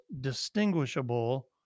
distinguishable